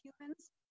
humans